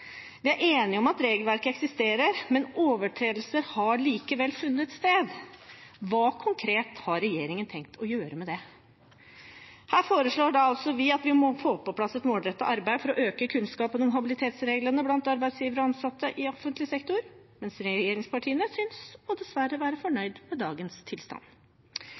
Vi er enige om at regelverket eksisterer, men overtredelse har likevel funnet sted. Hva har regjeringen konkret tenkt å gjøre med det? Her foreslår vi at vi må få på plass et målrettet arbeid for å øke kunnskapen om habilitetsreglene blant arbeidsgivere og ansatte i offentlig sektor, men regjeringspartiene synes dessverre å være fornøyd med dagens tilstand.